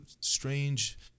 strange